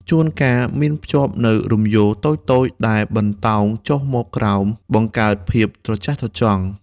ជួនកាលមានភ្ជាប់នូវ រំយោល តូចៗ ដែលបន្តោងចុះមកក្រោម បង្កើនភាពត្រចះត្រចង់។